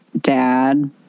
dad